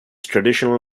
traditional